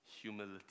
humility